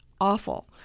awful